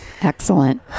Excellent